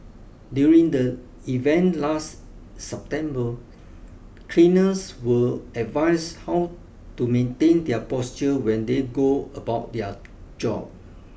during the event last September cleaners were advised how to maintain their posture when they go about their job